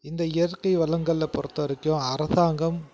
இந்த இயற்கை வளங்களை பொறுத்தவரைக்கும் அரசாங்கம்